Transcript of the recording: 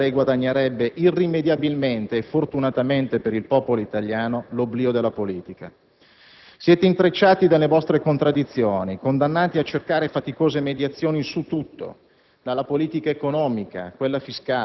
e, se loro non dovessero votarle la fiducia, lei guadagnerebbe irrimediabilmente e fortunatamente, per il popolo italiano, l'oblio della politica. Siete intrecciati dalle vostre contraddizioni, condannati a cercare faticose mediazioni su tutto,